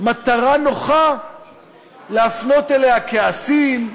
מטרה נוחה להפנות אליה כעסים,